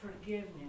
forgiveness